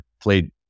played